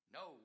no